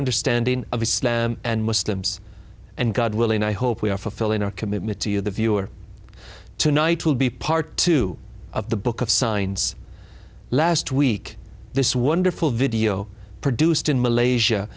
understanding of islam and muslims and god willing i hope we are fulfilling our commitment to you the viewer tonight will be part two of the book of signs last week this wonderful video produced in malaysia